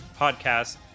podcast